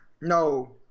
No